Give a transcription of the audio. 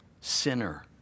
sinner